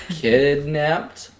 kidnapped